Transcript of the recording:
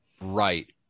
Right